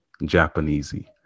Japanesey